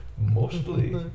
mostly